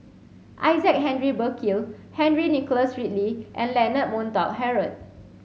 Isaac Henry Burkill Henry Nicholas Ridley and Leonard Montague Harrod